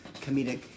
comedic